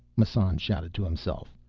massan shouted to himself.